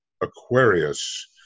Aquarius